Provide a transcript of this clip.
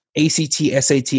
ACT-SAT